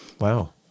Wow